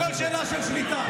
הכול שאלה של שליטה.